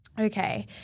Okay